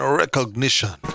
recognition